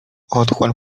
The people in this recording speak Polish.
otchłań